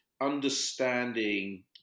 understanding